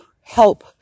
help